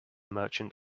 merchant